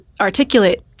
articulate